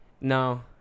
No